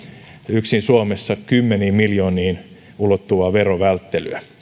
yksin suomessa kymmeniin miljooniin ulottuvaa verovälttelyä